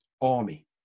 army